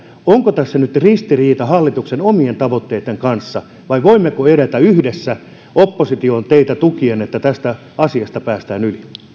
onko tässä nyt ristiriita hallituksen omien tavoitteitten kanssa vai voimmeko edetä yhdessä opposition teitä tukien että tästä asiasta päästään yli